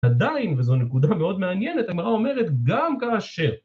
‫עדיין, וזו נקודה מאוד מעניינת, ‫הגמרא אומרת, גם כאשר.